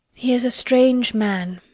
he is a strange man.